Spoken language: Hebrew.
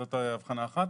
זאת הבחנה כאן.